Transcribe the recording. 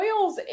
oils